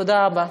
תודה רבה.